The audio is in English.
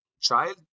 child